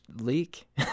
leak